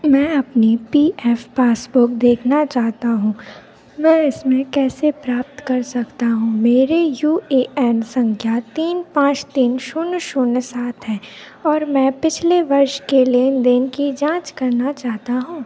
मैं अपनी P F passbook देखना चाहता हूँ मैं इसे कैसे प्राप्त कर सकता हूँ मेरा यू ए एन संख्या तीन पाँच तीन शून्य शून्य सात है और मैं पिछले वर्ष के लेन देन की जाँच करना चाहता हूँ